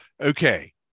okay